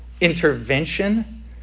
intervention